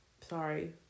Sorry